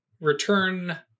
return